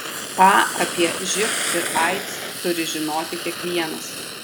ką apie živ ir aids turi žinoti kiekvienas